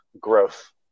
growth